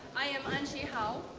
i am anchi hoh,